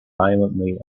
violently